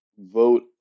vote